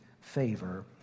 favor